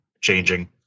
changing